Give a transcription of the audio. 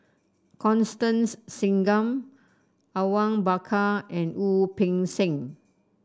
Constance Singam Awang Bakar and Wu Peng Seng